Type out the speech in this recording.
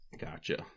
Gotcha